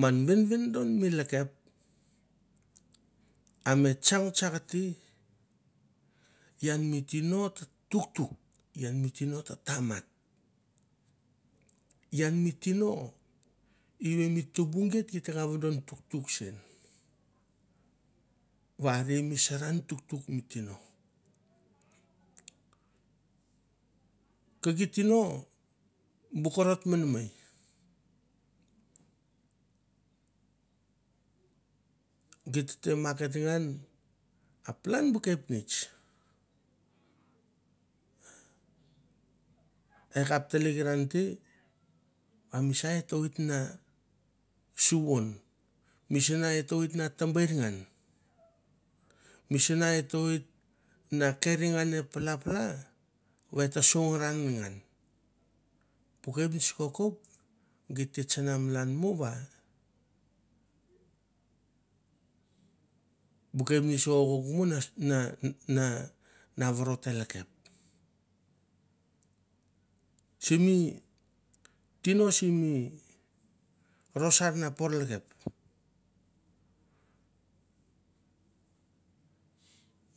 Man venvendon mi lakep a me tsang tsaxiti ian mi tino ta tuktuk ian mi tino ma taman ian mi tino even mo tuburggei gitakap vedon mi tuktuksen wa mi saran tuktuk mi tino kaki tino nu korot ma namaei gita temarkitnngan a palan bu kepnits ekapteleknan te a misai ta wat na mi suon misna aterveatna suen a misa ater waitna suon mi misna atemborr ngan misna ate wait na kerry ra palapalan wet a sor va ngan bu kepnits kokouk get te chana malan mu wa bu kepnets kokouk no vorotlakep simi tino sime rosaw na por lakep